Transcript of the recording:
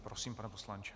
Prosím, pane poslanče.